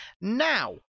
now